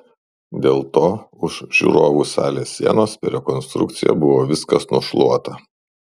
dėl to už žiūrovų salės sienos per rekonstrukciją buvo viskas nušluota